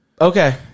Okay